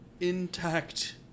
intact